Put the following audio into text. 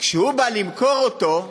כשהוא בא למכור אותו,